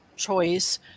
choice